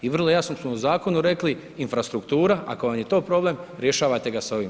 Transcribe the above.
I vrlo jasno smo u zakonu rekli, infrastruktura, ako vam je to problem, rješavate ga s ovim.